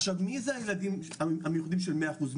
עכשיו, מי זה הילדים המיוחדים של 100%?